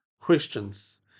questions